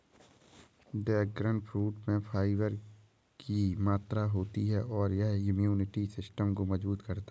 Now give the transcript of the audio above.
dragon fruit में fibre की मात्रा होती है और यह इम्यूनिटी सिस्टम को मजबूत करता है